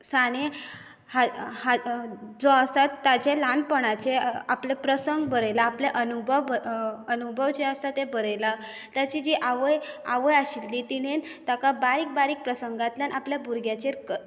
साने हा हा जो आसा ताचें ल्हानपणाचें आपले प्रसंग बरयला आपले अनुभव बरयला अनुभव जे आसा ते बरयला ताची जी आवय आवय आशिल्ली तिणेन ताका बारीक बारीक प्रसंगांतल्यान आपल्या भुरग्याचेर